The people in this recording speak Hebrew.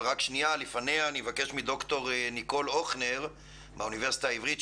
אבל לפני זה אני פונה לד"ר ניקול הוכנר מהאוניברסיטה העברית,